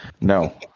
No